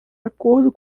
acordo